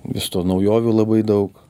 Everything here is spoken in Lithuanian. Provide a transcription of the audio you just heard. visų tų naujovių labai daug